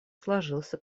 сложился